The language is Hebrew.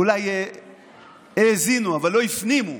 אולי האזינו אבל לא הפנימו.